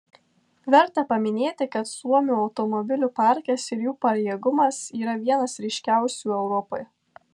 verta paminėti kad suomių automobilių parkas ir jų pajėgumas yra vienas ryškiausių europoje